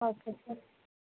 okay sir